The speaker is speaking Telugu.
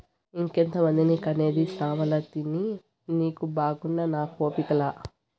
ఇంకెంతమందిని కనేది సామలతిని నీకు బాగున్నా నాకు ఓపిక లా